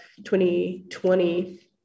2020